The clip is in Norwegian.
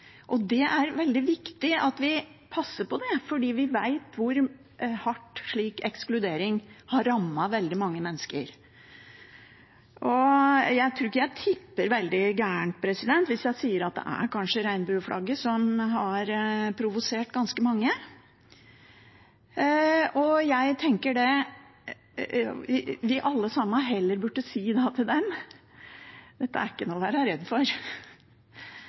og det er veldig viktig at vi passer på det, for vi vet hvor hardt slik ekskludering har rammet veldig mange mennesker. Jeg tror ikke jeg tipper veldig galt hvis jeg sier at det er regnbueflagget som har provosert ganske mange, og jeg tenker at vi alle sammen heller burde si til dem: Dette er ikke noe å være redd for